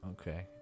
Okay